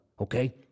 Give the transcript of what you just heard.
okay